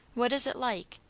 what is it like?